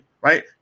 right